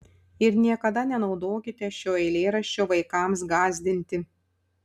ir niekada nenaudokite šio eilėraščio vaikams gąsdinti